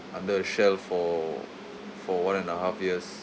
under a shell for for one and a half years